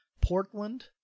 Portland